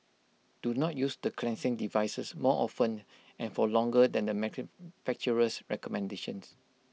do not use the cleansing devices more often and for longer than the manufacturer's recommendations